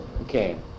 Okay